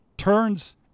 turns